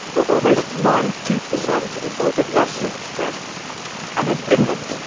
where almost ninety percent reported less stress and in finland,